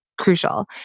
crucial